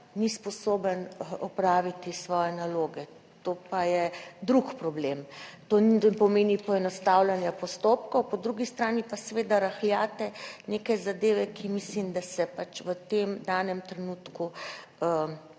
ni sposoben opraviti svoje naloge. To pa je drug problem. To ne pomeni poenostavljanja postopkov. Po drugi strani pa seveda rahljate neke zadeve, ki mislim, da se pač v tem danem trenutku